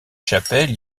chapelles